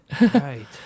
Right